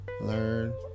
learn